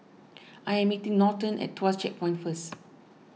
I am meeting Norton at Tuas Checkpoint first